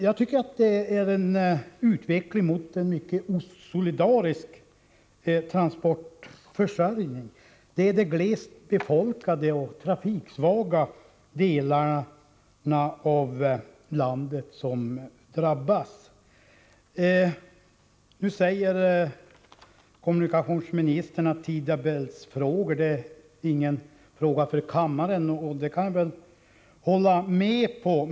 Jag tycker att det är en utveckling mot en mycket osolidarisk transportförsörjning. Det är de glest befolkade och trafiksvaga delarna i landet som drabbas. Kommunikationsministern säger i svaret att tidtabellsfrågor inte är någonting för kammaren att ta upp, och det kan jag väl hålla med om.